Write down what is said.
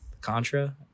Contra